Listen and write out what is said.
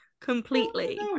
completely